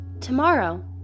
tomorrow